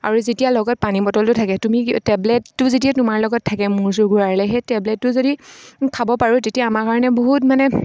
আৰু যেতিয়া লগত পানী বটলটো থাকে তুমি টেবলেটটো যেতিয়া তোমাৰ লগত থাকে মূৰ চূৰ ঘূৰালে সেই টেবলেটটো যদি খাব পাৰোঁ তেতিয়া আমাৰ কাৰণে বহুত মানে